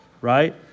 right